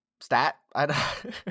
stat